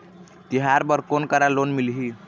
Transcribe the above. तिहार बर कोन करा लोन मिलही?